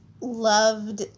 loved